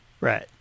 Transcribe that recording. Right